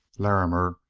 larrimer,